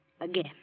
Again